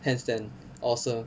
handstand awesome